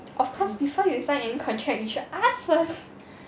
of course before you sign any contract you should ask first